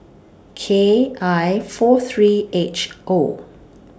K I four three H O